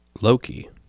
Loki